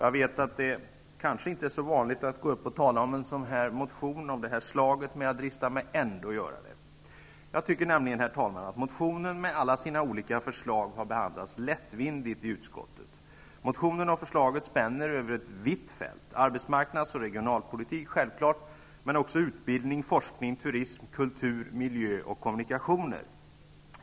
Jag vet att det kanske inte är så vanligt att gå upp och tala om en motion av det här slaget, men jag dristar mig ändå att göra det. Jag tycker nämligen, herr talman, att motionen med alla sina olika förslag har behandlats lättvindigt i utskottet. Motionen och förslaget spänner över ett vitt fält, dvs. självklart över arbetsmarknads och regionalpolitik, men också över utbildning, forskning, turism, kultur, miljö och kommunikationer.